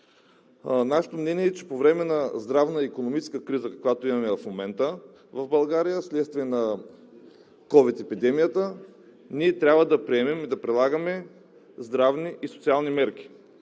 Нашето мнение е, че по време на здравна и икономическа криза, каквато имаме в момента в България вследствие на ковид епидемията, ние трябва да приемем и да прилагаме здравни и социални мерки.